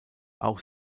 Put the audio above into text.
auch